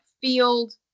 Field